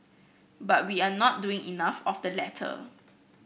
but we are not doing enough of the latter